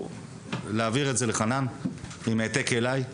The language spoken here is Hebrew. להעביר את זה לחנן עם העתק אלי.